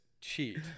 cheat